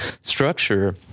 structure